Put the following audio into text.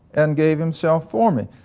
and gave himself for me,